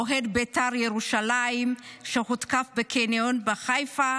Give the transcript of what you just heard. אוהד בית"ר ירושלים הותקף בקניון בחיפה